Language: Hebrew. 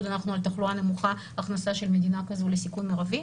כל עוד אנחנו על תחלואה נמוכה - הכנסה של מדינה כזו לסיכון מרבי.